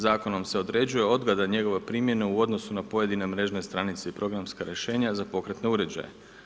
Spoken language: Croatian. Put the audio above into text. Zakonom se određuje odgoda njegove primjene u odnosu na pojedine mrežne stranice i programska rješenja za pokretne uređaje.